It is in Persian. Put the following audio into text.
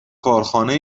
کارخانه